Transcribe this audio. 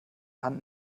hand